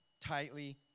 tightly